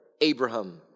Abraham